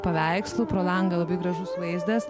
paveikslų pro langą labai gražus vaizdas